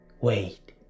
Wait